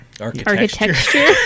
Architecture